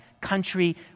country